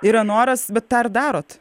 yra noras bet tą ir darot